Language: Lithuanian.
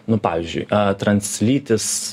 nu pavyzdžiui translytis